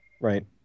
right